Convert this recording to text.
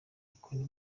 ukuntu